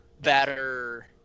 better